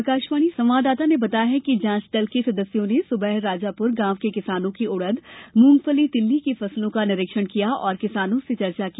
आकाशवाणी संवाददाता ने बताया है कि जांच दल के सदस्यों ने सुबह राजापूर गांव के किसानों की उड़द मूंगफली तिल्ली की फसलों का निरीक्षण किया और किसानों से चर्चा की